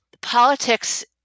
politics